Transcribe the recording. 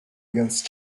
against